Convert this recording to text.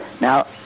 Now